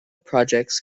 projects